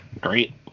Great